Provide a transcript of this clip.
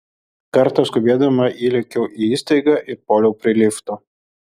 kartą skubėdama įlėkiau į įstaigą ir puoliau prie lifto